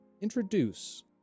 introduce